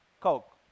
Coke